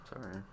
Sorry